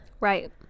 right